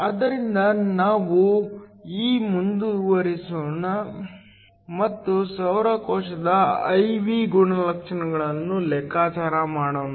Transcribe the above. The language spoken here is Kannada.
ಆದ್ದರಿಂದ ನಾವು ಈಗ ಮುಂದುವರಿಯೋಣ ಮತ್ತು ಸೌರ ಕೋಶದ I V ಗುಣಲಕ್ಷಣಗಳನ್ನು ಲೆಕ್ಕಾಚಾರ ಮಾಡೋಣ